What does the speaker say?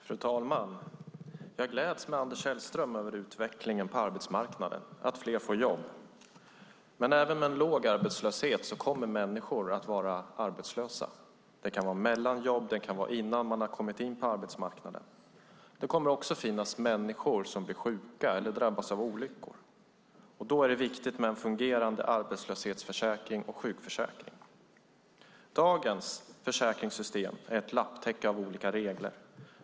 Fru talman! Jag gläds med Anders Sellström över utvecklingen på arbetsmarknaden och att fler får jobb. Men även med en låg arbetslöshet kommer människor att vara arbetslösa. Det kan handla om att man är mellan jobb eller att man inte har kommit in på arbetsmarknaden ännu. Det kommer också att finnas människor som blir sjuka eller drabbas av olyckor. Då är det viktigt med en fungerande arbetslöshetsförsäkring och sjukförsäkring. Dagens försäkringssystem är ett lapptäcke av olika regler.